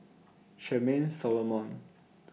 Charmaine Solomon